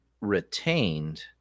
retained